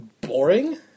boring